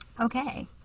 Okay